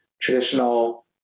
traditional